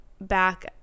back